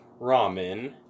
ramen